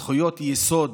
זכויות יסוד